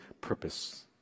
purpose